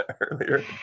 earlier